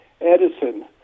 Edison